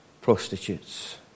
Prostitutes